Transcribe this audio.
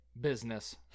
business